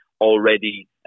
already